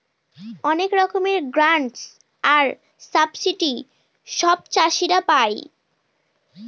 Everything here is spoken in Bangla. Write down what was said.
অনেক রকমের গ্রান্টস আর সাবসিডি সব চাষীরা পাই